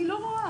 אני לא רואה.